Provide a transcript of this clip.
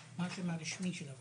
מהו השם הרשמי של הוועדה?